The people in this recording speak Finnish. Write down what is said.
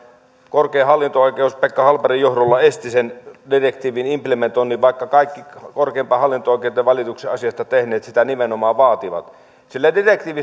korkein hallinto oikeus pekka hallbergin johdolla esti sen direktiivin implementoinnin vaikka kaikki korkeimpaan hallinto oikeuteen valituksen asiasta tehneet sitä nimenomaan vaativat